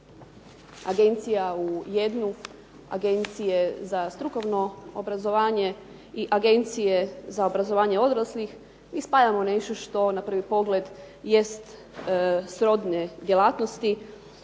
agencija u jednu Agencije za strukovno obrazovanje i Agencije za obrazovanje odraslih mi spajamo nešto što na prvi pogled jest srodne djelatnosti